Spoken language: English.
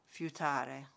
Fiutare